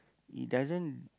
it doesn't